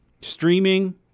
Streaming